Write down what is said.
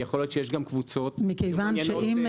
ויכול להיות שיש גם קבוצות --- מכיוון שאם